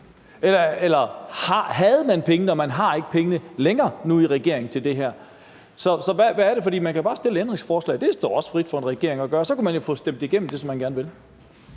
Eller havde man pengene til det her i regeringen, men nu har man dem ikke længere? Så hvad er det? For man kan bare stille ændringsforslag. Det står også en regering frit for at gøre. Så kunne man jo få stemt det, som man gerne vil,